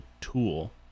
tool